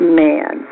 man